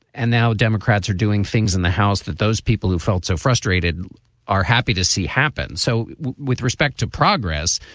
and now democrats are doing things in the house that those people who felt so frustrated are happy to see happen. so with respect to progress,